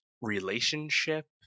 relationship